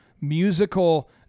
musical